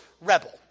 rebel